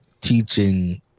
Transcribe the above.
teaching